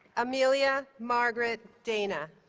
amelia margaret dana